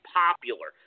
popular